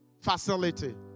facility